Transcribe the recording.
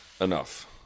enough